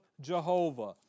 Jehovah